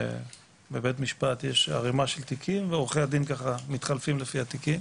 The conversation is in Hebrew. בבית משפט יש ערימה של תיקים ועורכי הדין מתחלפים לפי התיקים